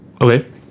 Okay